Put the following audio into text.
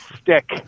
stick